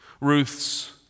Ruth's